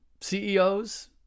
CEOs